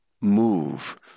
move